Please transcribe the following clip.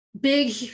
big